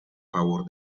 favor